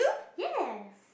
yes